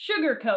sugarcoat